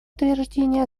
утверждение